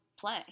play